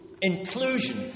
Inclusion